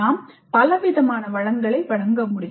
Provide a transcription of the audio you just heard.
நாம் பல விதமான வளங்களை வழங்க முடியும்